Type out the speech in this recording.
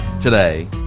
today